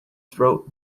throat